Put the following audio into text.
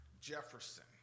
Jefferson